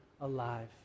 alive